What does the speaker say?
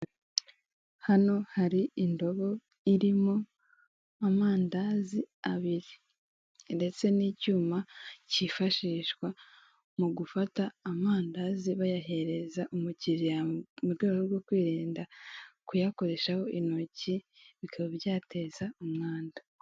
Hano hari indobo irimo amandazi abiri, ndetse n'icyuma cyifashishwa mu gufata amandazi bayahereza umukiriya, mu rwego rwo kwirinda kuyakoreshaho intoki, bikaba byateza umwanda.